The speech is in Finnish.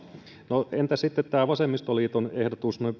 no entä sitten tämä vasemmistoliiton ehdotus